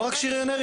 לא רק שריונרים,